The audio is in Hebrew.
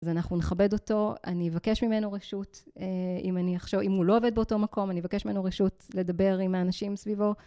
אז אנחנו נכבד אותו, אני אבקש ממנו רשות, אם הוא לא עובד באותו מקום, אני אבקש ממנו רשות לדבר עם האנשים סביבו.